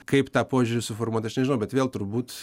kaip tą požiūrį suformuot aš nežinau bet vėl turbūt